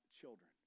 children